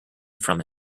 from